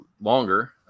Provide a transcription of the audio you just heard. longer